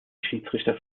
schiedsrichter